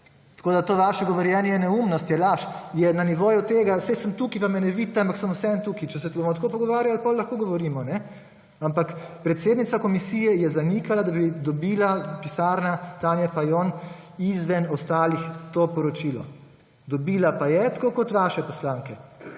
Tako da to vaše govorjenje je neumnost, je laž, je na nivoju tega, saj sem tukaj, pa me ne vidite, ampak sem vseeno tukaj. Če se bomo tako pogovarjali, potem lahko govorimo. Ampak predsednica komisije je zanikala, da bi dobila pisarna Tanje Fajon izven ostalih to poročilo. Dobila pa je tako kot vaše poslanke